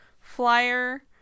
flyer